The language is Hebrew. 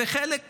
וחלק פחות.